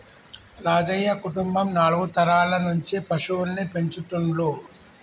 రాజయ్య కుటుంబం నాలుగు తరాల నుంచి పశువుల్ని పెంచుతుండ్లు